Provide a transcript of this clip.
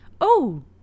Oh